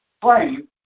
claim